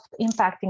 impacting